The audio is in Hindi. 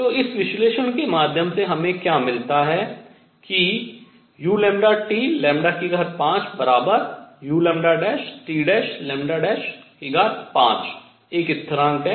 तो इस विश्लेषण के माध्यम से हमें क्या मिलता है कि u5uλT' 5 एक स्थिरांक है